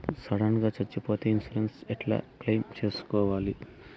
Sudden గా సచ్చిపోతే insurance ఎలా క్లెయిమ్ సేసుకోవాలి?